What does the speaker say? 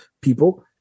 people